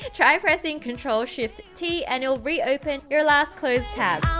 try pressing control shift t, and it will re open your last closed tab!